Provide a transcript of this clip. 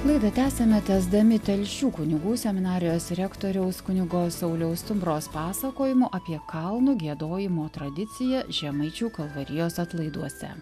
laidą tęsiame tęsdami telšių kunigų seminarijos rektoriaus kunigo sauliaus stubros pasakojimu apie kalnų giedojimo tradiciją žemaičių kalvarijos atlaiduose